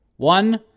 One